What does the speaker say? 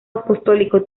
apostólico